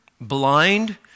blind